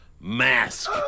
mask